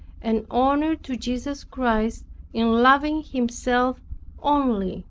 and honor to jesus christ in loving himself only